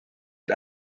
und